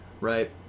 Right